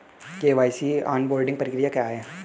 KYC onboarding प्रक्रिया क्या है?